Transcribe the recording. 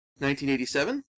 1987